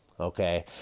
Okay